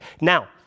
Now